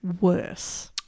worse